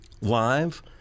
live